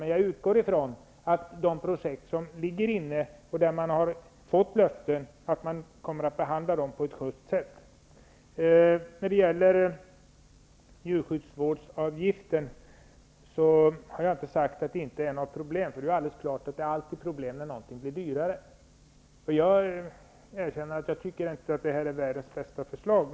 Men jag utgår från att de ansökningar som har gjorts för projekt där löften har givits kommer att behandlas på ett schyst sätt. Jag har inte sagt att det inte är några problem när det gäller djursjukvårdsavgiften. Det är alldeles klart att det alltid blir problem när någonting blir dyrare. Jag erkänner att jag inte tycker att detta är världens bästa förslag.